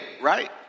right